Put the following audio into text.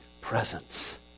presence